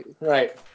Right